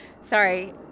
Sorry